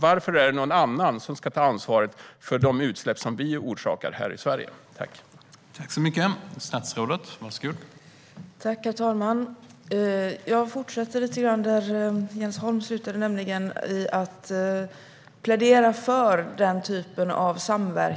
Varför ska någon annan ta ansvar för de utsläpp som vi orsakar här i Sverige, Jesper Skalberg